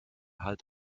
halt